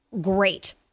great